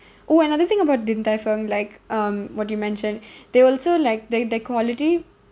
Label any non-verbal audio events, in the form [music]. oh another thing about din tai fung like um what you mention [breath] they also like their their quality